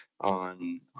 on